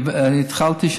אני התחלתי.